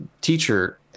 teacher